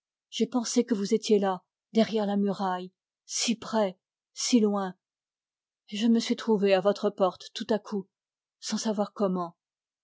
j'ai pensé que vous étiez là derrière la muraille si près si loin et je me suis trouvé à votre porte sans savoir comment